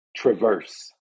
Traverse